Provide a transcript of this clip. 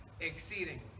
exceeding